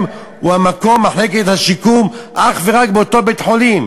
יהיה מחלקת השיקום אך ורק באותו בית-חולים,